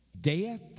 Death